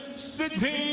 sidney